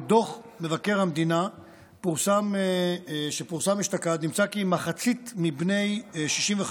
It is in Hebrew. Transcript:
בדוח מבקר המדינה שפורסם אשתקד נמצא כי מחצית מבני ה-65